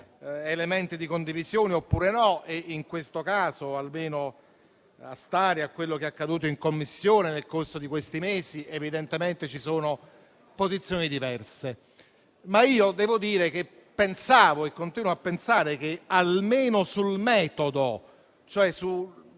elementi di condivisione o meno, e in questo caso, almeno stando a quanto accaduto in Commissione nel corso di questi mesi, evidentemente ci sono posizioni diverse. Devo dire che pensavo e continuo a pensare che almeno sul metodo, cioè sul